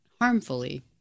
harmfully